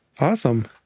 Awesome